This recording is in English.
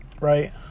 Right